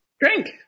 drink